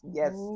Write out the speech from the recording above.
yes